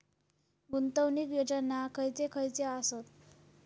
गुंतवणूक योजना खयचे खयचे आसत?